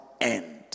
end